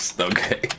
Okay